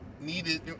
needed